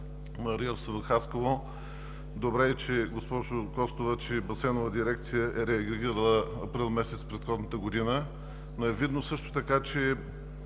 на РИОСВ – Хасково. Добре е, госпожо Костова, че „Басейнова дирекция“ е реагирала април месец предходната година, но е видно също така, че